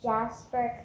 Jasper